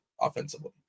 offensively